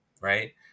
right